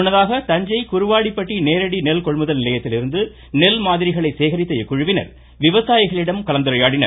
முன்னதாக தஞ்சை குருவாடிப்பட்டி நேரடி நெல் கொள்முதல் நிலையத்திலிருந்து நெல் மாதிரிகளை சேகரித்த இக்குழுவினர் விவசாயிகளிடமும் கலந்துரையாடினர்